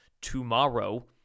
tomorrow